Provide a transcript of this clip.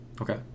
Okay